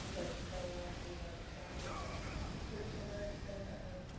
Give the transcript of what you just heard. दाउसिन दाउला दैमा दैसा हाजो हाला बिबायदि सावगारि आखिनानै आङो